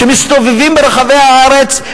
שמסתובבים ברחבי הארץ,